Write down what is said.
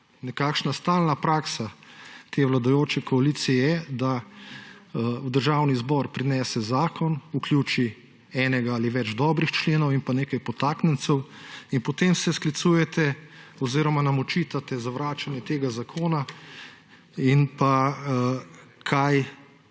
nekakšna stalna praksa te vladajoče koalicije je, da v Državni zbor prinese zakon, vključi enega ali več dobrih členov in nekaj podtaknjencev in potem se sklicujete oziroma nam očitate zavračanje tega zakona in kaj